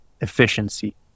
efficiency